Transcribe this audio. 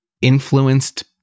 influenced